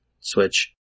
Switch